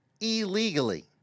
illegally